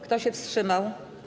Kto się wstrzymał?